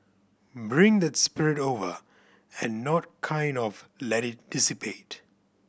bring that spirit over and not kind of let it dissipate